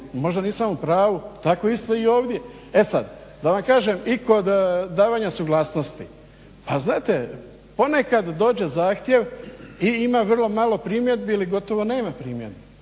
možda nisam u pravu, tako isto i ovdje. E sad da vam kažem, i kod davanja suglasnosti, pa znate ponekad dođe zahtjev i ima vrlo malo primjedbi ili gotovo nema primjedbi.